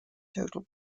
total